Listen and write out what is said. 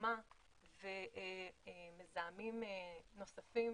חממה ומזהמים נוספים,